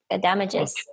damages